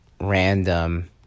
random